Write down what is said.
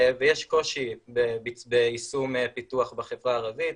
ויש קושי ביישום פיתוח בחברה הערבית,